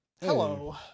Hello